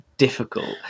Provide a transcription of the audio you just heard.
difficult